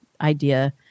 idea